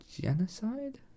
Genocide